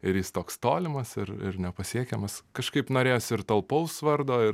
ir jis toks tolimas ir ir nepasiekiamas kažkaip norėjosi ir talpaus vardo ir